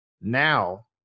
now